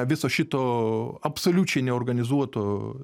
viso šito absoliučiai neorganizuotų